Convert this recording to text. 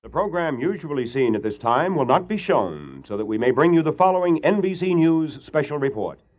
the program usually seen at this time will not be shown, so that we may bring you the following nbc news special report.